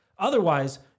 Otherwise